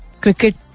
cricket